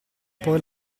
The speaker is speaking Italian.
poi